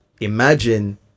imagine